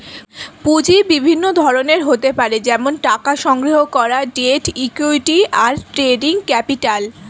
পুঁজি বিভিন্ন ধরনের হতে পারে যেমন টাকা সংগ্রহণ করা, ডেট, ইক্যুইটি, আর ট্রেডিং ক্যাপিটাল